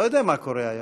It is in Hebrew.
לא יודע מה קורה היום.